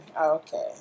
Okay